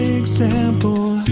example